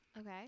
Okay